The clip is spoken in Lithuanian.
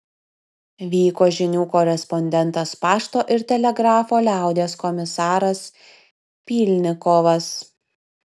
vyko žinių korespondentas pašto ir telegrafo liaudies komisaras pylnikovas